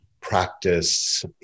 practice